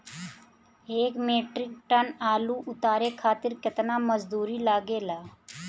एक metric tonne आलू उतारे खातिर केतना मजदूरी लागेला?